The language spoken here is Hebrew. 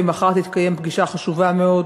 מחר תתקיים פגישה חשובה מאוד